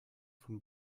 von